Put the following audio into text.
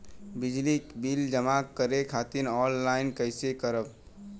बिजली बिल जमा करे खातिर आनलाइन कइसे करम?